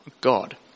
god